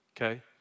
okay